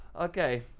Okay